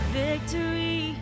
victory